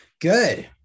Good